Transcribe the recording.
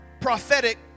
prophetic